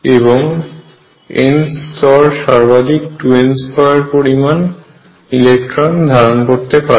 এবং nth স্তর সর্বাধিক 2n2 পরিমান ইলেকট্রন ধারণ করতে পারে